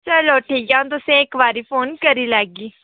चलो ठीक ऐ अ'ऊं तुसें ई इक बारी फोन करी लैह्गी